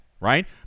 right